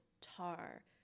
Tar